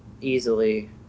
easily